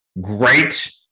great